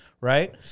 right